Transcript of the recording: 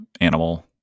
animal